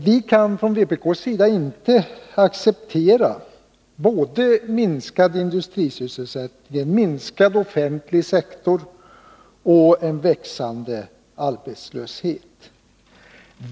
Vi kan från vpk:s sida inte acceptera både en minskad industrisysselsättning, en minskad offentlig sektor och en växande arbetslöshet.